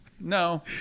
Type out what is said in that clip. No